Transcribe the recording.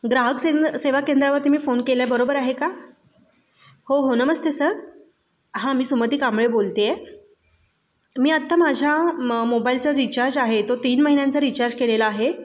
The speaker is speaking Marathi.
ग्राहक सेंद्र सेवा केंद्रावरती मी फोन केला आहे बरोबर आहे का हो हो नमस्ते सर हां मी सुमती कांबळे बोलते आहे मी आत्ता माझ्या म मोबाईलचा रिचार्ज आहे तो तीन महिन्यांचा रिचार्ज केलेला आहे